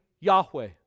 Yahweh